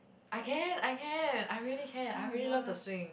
I can I can I really can I really love to swing